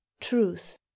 Truth